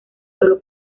solo